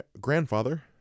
grandfather